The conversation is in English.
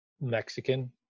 mexican